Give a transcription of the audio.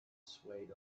swayed